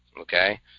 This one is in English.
Okay